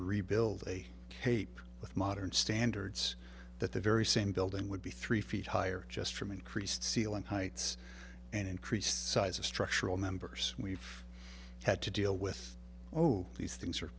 rebuild a cape with modern standards that the very same building would be three feet higher just from increased ceiling heights and increased size of structural members we've had to deal with oh these things are